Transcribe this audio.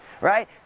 right